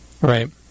Right